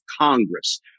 Congress